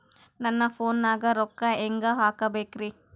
ನನ್ನ ಫೋನ್ ನಾಗ ರೊಕ್ಕ ಹೆಂಗ ಹಾಕ ಬೇಕ್ರಿ?